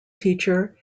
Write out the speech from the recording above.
teacher